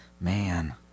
Man